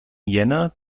jänner